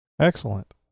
Excellent